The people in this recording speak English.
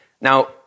Now